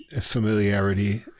familiarity